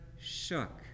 shook